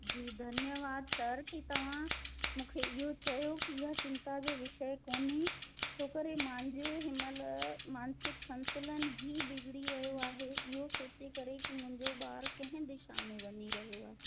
जी धन्यवाद सर की तव्हां मूंखे इहो चयो की इहा चिंता जो विषय कोन्हे छोकरि मुंहिंजो हिन महिल मानसिक संतुलन ई बिगिड़ी वियो आहे इहो सोचे करे की मुंहिंजो ॿारु कंहिं दिशा में वञे रहियो आहे